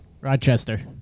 Rochester